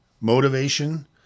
motivation